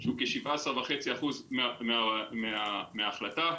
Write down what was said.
שהוא כ-17.5% מההחלטה.